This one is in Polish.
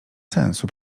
sensu